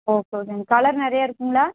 okay ஓகேங்க colour நிறையா இருக்குங்களா